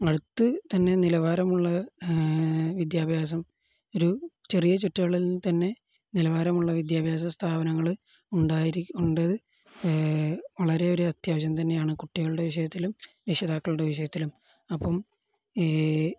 അടുത്തു തന്നെ നിലവാരമുള്ള വിദ്യാഭ്യാസം ഒരു ചെറിയ ചുറ്റളവിൽത്തന്നെ നിലവാരമുള്ള വിദ്യാഭ്യാസ സ്ഥാപനങ്ങള് വളരെ ഒരു അത്യാവശ്യം തന്നെയാണ് കുട്ടികളുടെ വിഷയത്തിലും രക്ഷിതാക്കളുടെ വിഷയത്തിലും അപ്പോള് ഈ